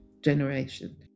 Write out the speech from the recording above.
generation